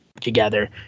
together